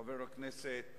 חבר הכנסת